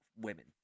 women